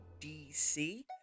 DC